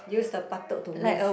use the buttock to move